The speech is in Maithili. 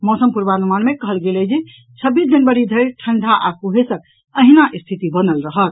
मौसम पूर्वानुमान मे कहल गेल अछि जे छब्बीस जनवरी धरि ठंडा आ कुहेसक अहिना स्थिति बनल रहत